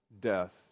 death